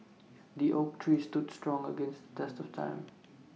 the oak tree stood strong against the test of time